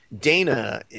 Dana